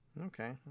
Okay